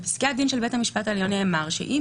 בפסקי הדין של בית המשפט העליון נאמר שאם